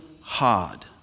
hard